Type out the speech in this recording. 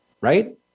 right